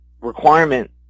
requirement